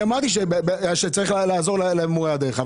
אמרתי שצריך לעזור למורי הדרך,